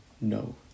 No